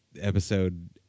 episode